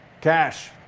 Cash